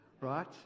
right